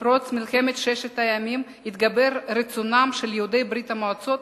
עם פרוץ מלחמת ששת הימים התגבר רצונם של יהודי ברית-המועצות